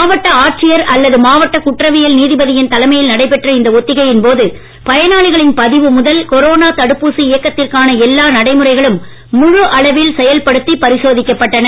மாவட்ட ஆட்சியர் அல்லது மாவட்ட குற்றவியல் நீதிபதியின் தலைமையில் நடைபெற்ற இந்த ஒத்திகையின் போது பயனாளிகளின் பதிவு முதல் கொரோனா தடுப்பூசி இயக்கத்திற்கான எல்லா நடைமுறைகளும் பரிசோதிக்கப்பட்டன